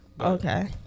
Okay